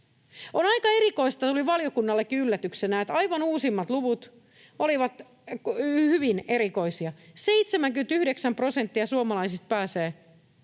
On aika erikoista — tuli valiokunnallekin yllätyksenä — että aivan uusimmat luvut olivat hyvin erikoisia. 79 prosenttia suomalaisista pääsee seitsemässä